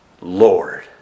Lord